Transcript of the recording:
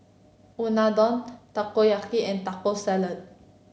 Unadon Takoyaki and Taco Salad